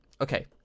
Okay